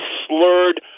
slurred